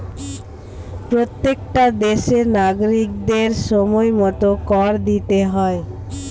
প্রত্যেকটা দেশের নাগরিকদের সময়মতো কর দিতে হয়